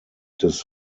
des